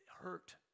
hurt